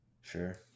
Sure